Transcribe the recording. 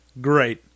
Great